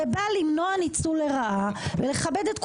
זה בא למנוע ניצול לרעה ולכבד את כולנו,